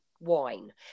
Wine